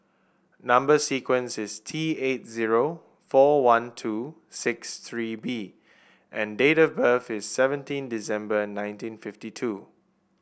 number sequence is T eight zero four one two six three B and date of birth is seventeen December nineteen fifty two